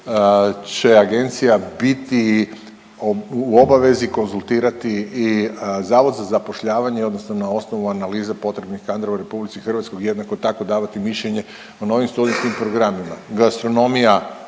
će Agencija biti u obavezi konzultirati i Zavod za zapošljavanje odnosno na osnovu analize potrebnih kadrova u RH, jednako tako, davati mišljenje o novim studijskim programima.